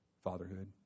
fatherhood